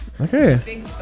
Okay